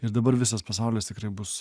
ir dabar visas pasaulis tikrai bus